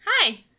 Hi